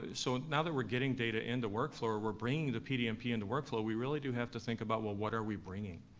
ah so now that we're getting data into workflow, or we're bringing the pdmp into workflow, we really do have to think about, well what are we bringing?